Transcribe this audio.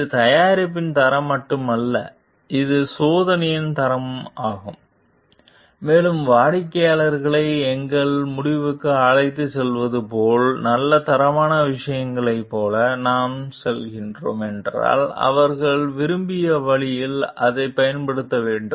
இது தயாரிப்பின் தரம் மட்டுமல்ல இது சேவையின் தரமும் ஆகும் மேலும் வாடிக்கையாளர்களை எங்கள் முடிவுக்கு அழைத்துச் செல்வது போல் நல்ல தரமான விஷயங்களைப் போல நாம் செல்கிறோம் என்றால் அவர்கள் விரும்பிய வழியில் அதைப் பயன்படுத்த வேண்டும்